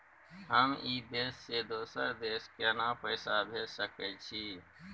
हम ई देश से दोसर देश केना पैसा भेज सके छिए?